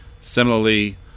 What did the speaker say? Similarly